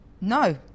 No